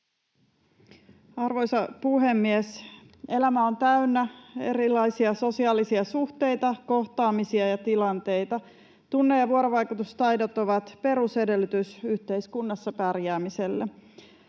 Arvoisa puhemies! Elämä on täynnä erilaisia sosiaalisia suhteita, kohtaamisia ja tilanteita. Tunne‑ ja vuorovaikutustaidot ovat perusedellytys yhteiskunnassa pärjäämiselle.